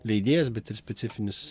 leidėjas bet ir specifinis